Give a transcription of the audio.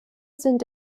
sind